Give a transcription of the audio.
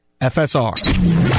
FSR